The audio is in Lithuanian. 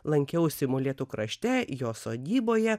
lankiausi molėtų krašte jo sodyboje